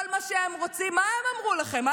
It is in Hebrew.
כל מה שהם רוצים, מה הם אמרו לכם?